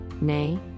nay